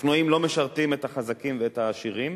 אופנועים לא משרתים את החזקים ואת העשירים,